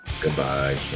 goodbye